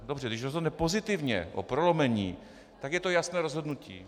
Dobře, když rozhodne pozitivně o prolomení, tak je to jasné rozhodnutí.